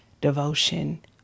devotion